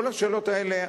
כל השאלות האלה,